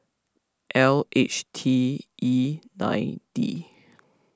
L H T E nine D